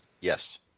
Yes